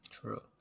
True